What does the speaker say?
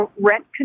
rent